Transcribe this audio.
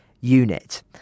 unit